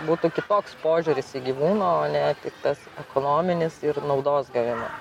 būtų kitoks požiūris į gyvūną o ne tas ekonominės ir naudos gavimo